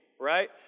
Right